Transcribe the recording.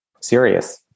serious